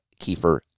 Kiefer